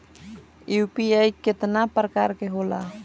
UPI केतना प्रकार के होला?